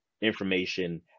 information